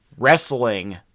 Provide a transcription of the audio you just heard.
Wrestling